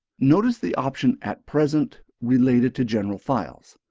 notice the option at present related to general files.